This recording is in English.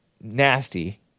nasty